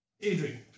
Adrian